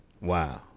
wow